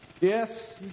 Yes